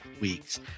weeks